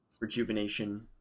rejuvenation